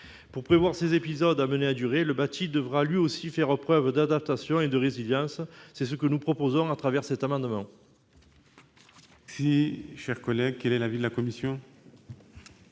Pour prévoir ces épisodes amenés à durer, le bâti devra lui aussi faire preuve d'adaptation et de résilience. C'est ce que nous proposons au travers de cet amendement. Quel est l'avis de la commission ?